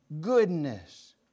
goodness